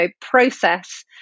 process